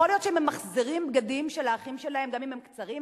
יכול להיות שהם ממחזרים בגדים של האחים שלהם גם אם הם קצרים,